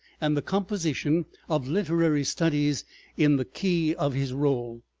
and the composition of literary studies in the key of his role.